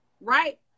right